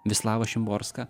vislava šimborska